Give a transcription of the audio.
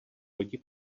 lodi